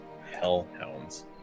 hellhounds